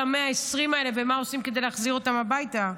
ה-120 האלה ומה עושים כדי להחזיר אותם הביתה.